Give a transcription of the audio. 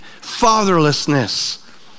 fatherlessness